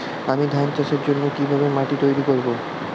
আমি ধান চাষের জন্য কি ভাবে মাটি তৈরী করব?